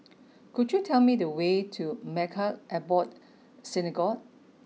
could you tell me the way to Maghain Aboth Synagogue